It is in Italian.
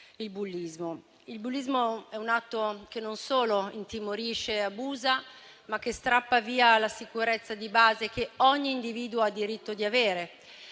Il bullismo è un atto che non solo intimorisce e abusa, ma che strappa via la sicurezza di base che ogni individuo ha il diritto di avere.